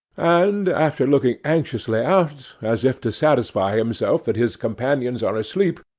and, after looking anxiously out, as if to satisfy himself that his companions are asleep,